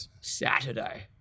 Saturday